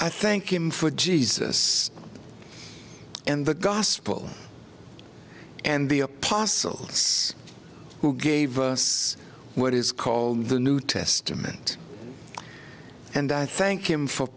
i thank him for jesus and the gospel and the apostles who gave us what is called the new testament and i thank him for